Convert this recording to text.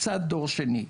קצת דור שני.